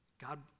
God